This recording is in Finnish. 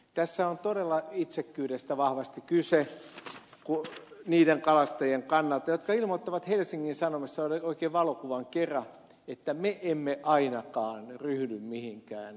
tässä on todella itsekkyydestä vahvasti kyse niiden kalastajien kannalta jotka ilmoittavat helsingin sanomissa oikein valokuvan kera että me emme ainakaan ryhdy mihinkään rajoituksiin